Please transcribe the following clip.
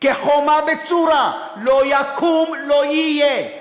כחומה בצורה: לא יקום, לא יהיה.